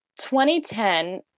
2010